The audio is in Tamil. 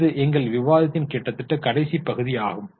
எனவே இது எங்கள் விவாதத்தின் கிட்டத்தட்ட கடைசி பகுதியாகும்